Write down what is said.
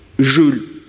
Jules